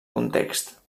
context